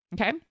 Okay